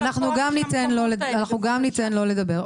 אנחנו גם ניתן לו לדבר.